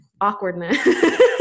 awkwardness